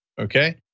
Okay